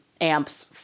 amps